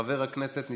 חברת הכנסת היבא יזבק,